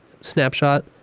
snapshot